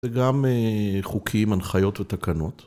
זה גם חוקים, הנחיות ותקנות.